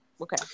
Okay